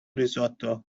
risotto